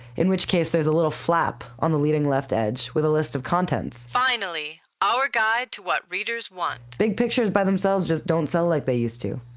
in which case there's a little flap on the leading left edge with a list of contents finally, our guide to what readers want. big pictures by themselves just don't sell like they used to.